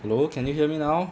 hello can you hear me now